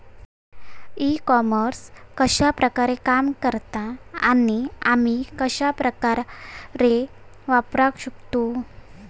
E commerce कश्या प्रकारे काम करता आणि आमी कश्या प्रकारे वापराक शकतू?